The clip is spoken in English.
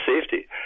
safety